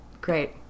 Great